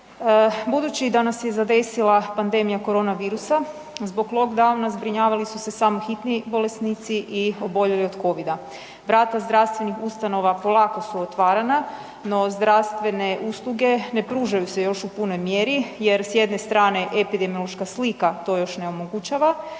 Budući da nas je zadesila pandemija koronavirusa zbog lockdowna zbrinjavali su se samo hitni bolesnici i oboljeli od COVID-a. vrata zdravstvenih ustanova polako su otvarana, no zdravstvene usluge ne pružaju se još u punoj mjeri jer s jedne strane epidemiološka slika to još ne omogućava,